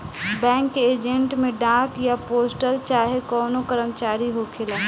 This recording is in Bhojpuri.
बैंक के एजेंट में डाक या पोस्टल चाहे कवनो कर्मचारी होखेला